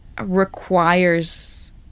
requires